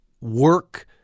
work